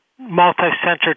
multi-center